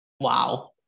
wow